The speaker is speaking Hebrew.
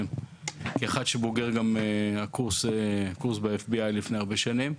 כאחד שבוגר גם קורס ב- FBI לפני הרבה שנים,